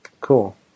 Cool